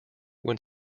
when